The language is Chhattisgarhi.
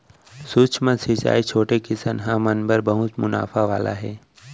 सूक्ष्म सिंचई छोटे किसनहा मन बर बहुत मुनाफा वाला हे